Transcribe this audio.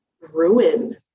ruin